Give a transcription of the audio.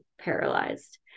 paralyzed